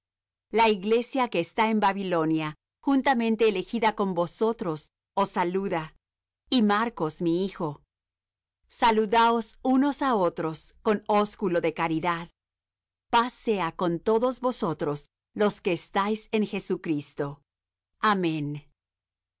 la iglesia que está en babilonia juntamente elegida con vosotros os saluda y marcos mi hijo saludaos unos á otros con ósculo de caridad paz sea con todos vosotros los que estáis en jesucristo amén